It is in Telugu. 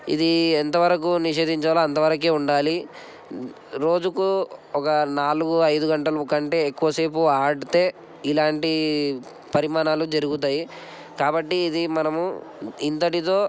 ఇది ఎంతవరకు నిషేధించాలో అంతవరకు ఉండాలి రోజుకు ఒక నాలుగు ఐదు గంటలు కంటే ఎక్కువసేపు ఆడితే ఇలాంటి పరిమాణాలు జరుగుతాయి కాబట్టి ఇది మనము ఇంతటితో